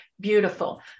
Beautiful